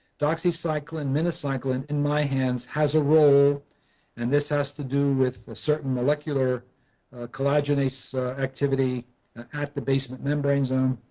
doxycycline or minocycline in my hands has a role and this has to do with a certain molecular collagenase activity at the basement membrane zone.